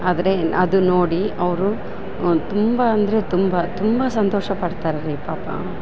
ಆದರೆ ಅದು ನೋಡಿ ಅವರು ತುಂಬ ಅಂದರೆ ತುಂಬ ತುಂಬ ಸಂತೋಷಪಡ್ತಾರೆ ರಿ ಪಾಪ